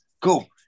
cool